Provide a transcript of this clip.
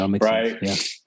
Right